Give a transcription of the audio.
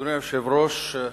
אדוני היושב-ראש,